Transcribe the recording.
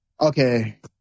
okay